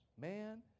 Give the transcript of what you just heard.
Man